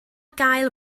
gael